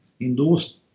endorsed